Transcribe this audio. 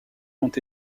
font